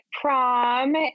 Prom